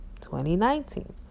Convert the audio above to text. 2019